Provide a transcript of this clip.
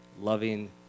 loving